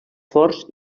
forts